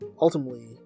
ultimately